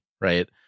right